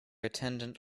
attendant